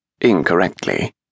incorrectly